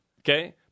Okay